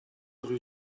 rue